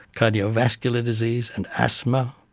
cardiovascular disease and asthma.